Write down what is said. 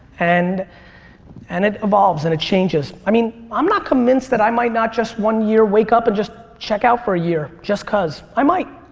and and it evolves and it changes. i mean i'm not convinced that i might not just one year wake-up and just check out for a year. just cause i might.